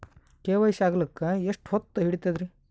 KYC ಆಗಲಕ್ಕ ಎಷ್ಟ ಹೊತ್ತ ಹಿಡತದ್ರಿ?